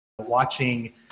watching